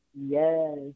Yes